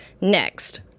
Next